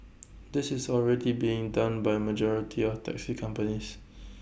this is already being done by majority of taxi companies